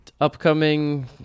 Upcoming